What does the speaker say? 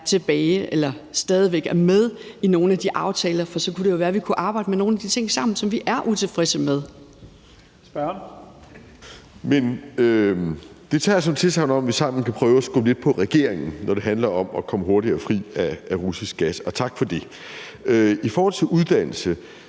tilbage eller stadig væk er med i nogle af de aftaler, for så kunne det jo være, vi kunne arbejde med nogle af de ting sammen, som vi er utilfredse med. Kl. 17:10 Første næstformand (Leif Lahn Jensen): Spørgeren. Kl. 17:10 Martin Lidegaard (RV): Det tager jeg som et tilsagn om, at vi sammen kan prøve at skubbe lidt på regeringen, når det handler om at komme hurtigere fri af russisk gas, og tak for det. I forhold til uddannelse